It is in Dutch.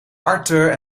arthur